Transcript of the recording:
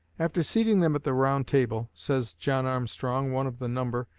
after seating them at the round table, says john armstrong, one of the number,